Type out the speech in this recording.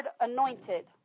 anointed